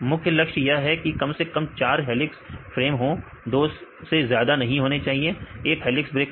मुख्य लक्ष्य यह है कि की कम से कम 4 हेलिक्स फ्रेम हो दो से ज्यादा नहीं होने चाहिए 1 हेलिक्स ब्रेकर